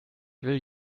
will